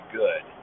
good